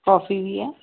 coffee ਵੀ ਹੈ